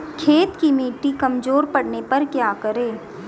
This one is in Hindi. खेत की मिटी कमजोर पड़ने पर क्या करें?